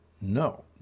No